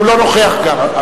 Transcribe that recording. הוא לא נוכח גם.